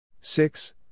six